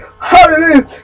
Hallelujah